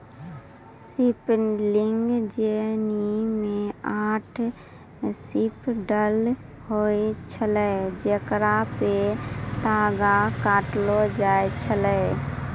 spinning jenny मे आठ spindle होय छलै जेकरा पे तागा काटलो जाय छलै